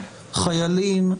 חיילים,